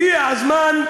הגיע הזמן,